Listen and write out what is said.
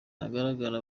hagaragara